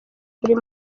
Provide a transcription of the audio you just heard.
buri